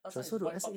last time is wipe out